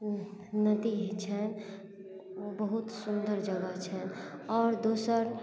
नदी छै बहुत सुन्दर जगह छै आओर दोसर